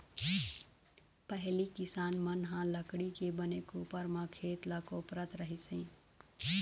पहिली किसान मन ह लकड़ी के बने कोपर म खेत ल कोपरत रहिस हे